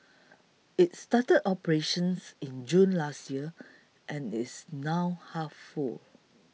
it started operations in June last year and is now half full